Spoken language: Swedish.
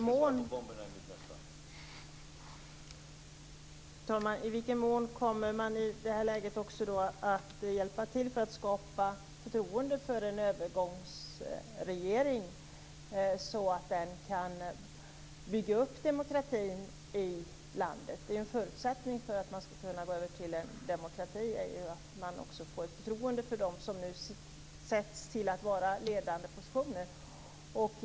Fru talman! I vilken mån kommer man i detta läge att också hjälpa till för att skapa förtroende för en övergångsregering så att den kan bygga upp demokratin i landet? En förutsättning för att man ska kunna övergå till en demokrati är ju att man också får ett förtroende för dem som nu sätts i ledande positioner.